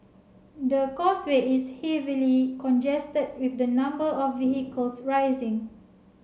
the causeway is heavily congested with the number of vehicles rising